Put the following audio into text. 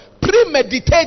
premeditated